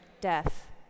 death